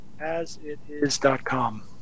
asitis.com